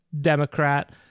Democrat